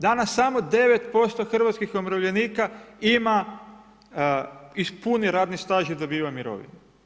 Danas samo 9% hrvatskih umirovljenika ima puni radni staž i dobiva mirovinu.